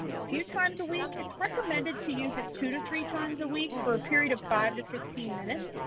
um a few times a week. it's recommended to use it two to three times a week for a period of five to fifteen minutes.